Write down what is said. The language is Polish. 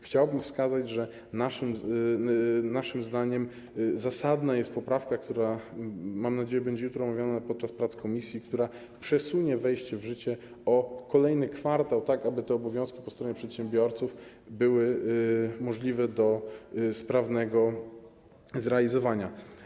Chciałbym wskazać, że naszym zdaniem zasadna jest poprawka, która, mam nadzieję, będzie jutro omawiana podczas prac komisji i która przesunie to wejście w życie o kolejny kwartał, tak aby te obowiązki po stronie przedsiębiorców były możliwe do sprawnego zrealizowania.